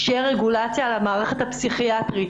שתהיה רגולציה על המערכת הפסיכיאטרית.